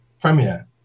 premier